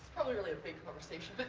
probably, really, a big conversation.